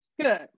Good